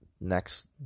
next